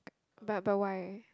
but but why